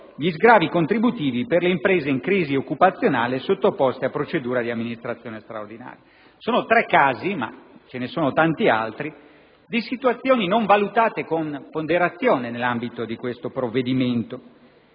gli sgravi contributivi per le imprese in crisi occupazionale sottoposte a procedura di amministrazione straordinaria. Sono tre casi - ma ce ne sono tanti altri - di situazioni non valutate con ponderazione nell'ambito di questo provvedimento,